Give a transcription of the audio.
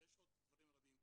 ויש עוד דברים רבים כאן.